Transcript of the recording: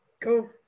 Cool